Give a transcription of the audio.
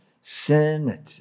sin